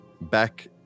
back